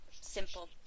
simple